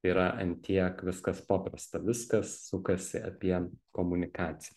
yra ant tiek viskas paprasta viskas sukasi apie komunikaciją